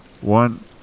One